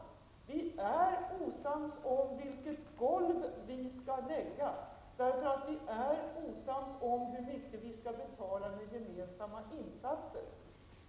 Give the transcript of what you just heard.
Vi är osams om vilket golv vi skall lägga, eftersom vi är osams om hur mycket vi skall betala med gemensamma insatser.